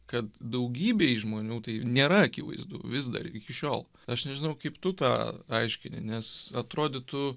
kad daugybei žmonių tai nėra akivaizdu vis dar iki šiol aš nežinau kaip tu tą aiškini nes atrodytų